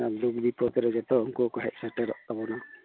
ᱚᱱᱟ ᱫᱩᱠ ᱵᱤᱯᱚᱫ ᱨᱮᱜᱮ ᱛᱚ ᱩᱱᱠᱩᱠᱚ ᱦᱮᱡ ᱥᱮᱴᱮᱨᱚᱜ ᱛᱟᱵᱚᱱᱟ